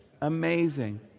Amazing